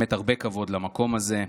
למען האמת הרבה כבוד, למקום הזה,